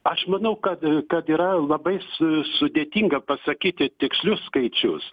aš manau kad kad yra labai s sudėtinga pasakyti tikslius skaičius